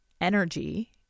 energy